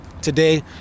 today